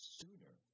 sooner